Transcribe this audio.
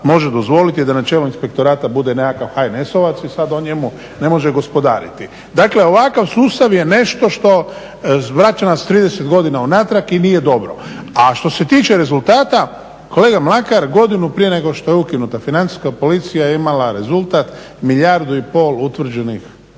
može dozvoliti da na čelu inspektorata bude nekakav HNS-ovac i sad on njemu ne može gospodariti. Dakle, ovakav sustav je nešto što vraća nas 30 godina unatrag i nije dobro. A što se tiče rezultata kolega Mlakar, godinu prije nego što je ukinuta Financijska policija je imala rezultat milijardu i pol utvrđenih